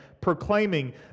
proclaiming